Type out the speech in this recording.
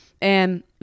And-